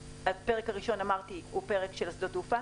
הפרק השני הוא הפרק של שדות התעופה,